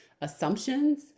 assumptions